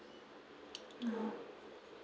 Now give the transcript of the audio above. mmhmm